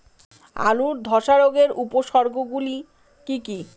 আলুর ধ্বসা রোগের উপসর্গগুলি কি কি?